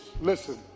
Listen